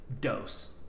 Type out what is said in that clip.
dose